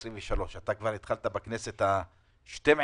23. אתה התחלת בכנסת ה-12,